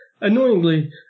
annoyingly